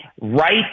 right